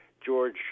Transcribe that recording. George